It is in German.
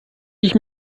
ich